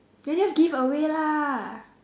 then just give away lah